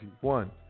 one